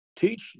teach